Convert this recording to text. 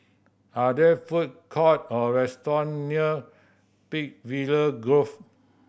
are there food court or restaurant near Peakville Grove